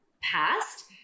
past